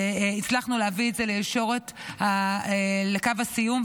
והצלחנו להביא את זה לקו הסיום,